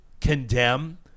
condemn